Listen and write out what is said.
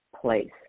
place